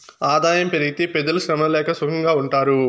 ఆదాయం పెరిగితే పెజలు శ్రమ లేక సుకంగా ఉంటారు